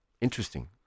interesting